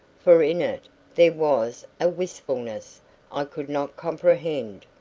for in it there was a wistfulness i could not comprehend.